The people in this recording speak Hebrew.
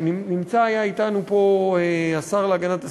היה אתנו פה השר להגנת הסביבה,